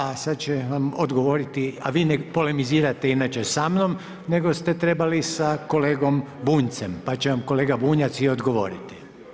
A sad će vam odgovoriti, a vi ne polemizirate inače sa mnom, nego ste trebali sa kolegom Bunjcem, pa će vam kolega Bunjac i odgovoriti.